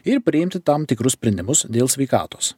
ir priimti tam tikrus sprendimus dėl sveikatos